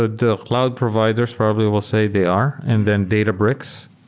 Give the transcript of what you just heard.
ah the cloud providers probably will say they are, and then databrix.